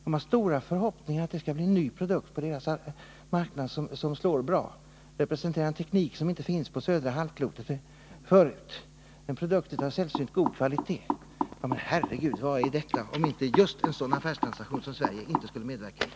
De har stora förhoppningar om att det skall bli en ny produkt som kommer att slå bra på deras marknad, eftersom produkten representerar en teknik som nu inte finns på södra halvklotet. Det heter vidare att produkten är av sällsynt god kvalitet. Herre Gud, vad är detta om inte just en sådan affärstransaktion som Sverige inte borde medverka i?